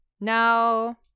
Now